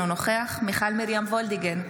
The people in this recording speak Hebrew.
אינו נוכח מיכל מרים וולדיגר,